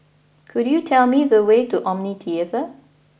could you tell me the way to Omni Theatre